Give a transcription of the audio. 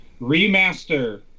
remaster